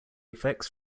effects